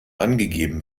angegeben